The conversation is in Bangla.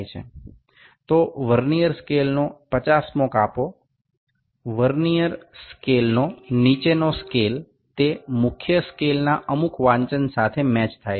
সুতরাং যদি আপনি দেখতে পারেন ভার্নিয়ার স্কেলের ৫০ তম বিভাগ যেটি নিম্ন স্কেল যা একটি ভার্নিয়ার স্কেল সেটি মূল স্কেলটির কোন পাঠের সাথে মিলছে